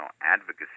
advocacy